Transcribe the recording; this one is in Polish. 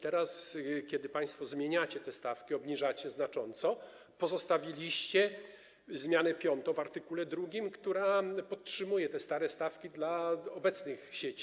Teraz, kiedy państwo zmieniacie te stawki, obniżacie je znacząco, pozostawiliście zmianę piątą w art. 2, która podtrzymuje stare stawki dla obecnych sieci.